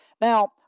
Now